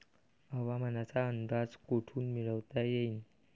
हवामानाचा अंदाज कोठून मिळवता येईन?